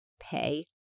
pay